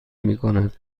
میکند